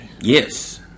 yes